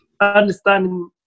understanding